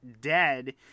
dead